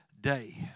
day